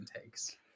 takes